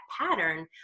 pattern